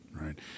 right